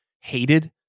hated